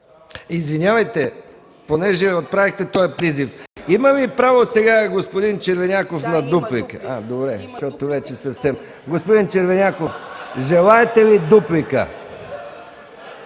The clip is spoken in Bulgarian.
Извинявайте, понеже отправихте този призив – има ли право сега господин Червеняков на дуплика? Добре, защото вече съвсем... (Оживление.) Господин Червеняков, желаете ли дуплика?